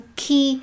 key